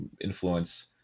influence